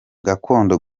gakondo